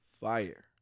fire